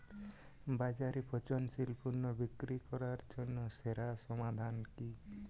বাজারে পচনশীল পণ্য বিক্রি করার জন্য সেরা সমাধান কি?